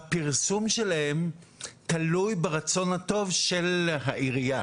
הפרסום שלהם תלוי ברצון הטוב של העירייה.